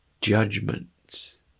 judgments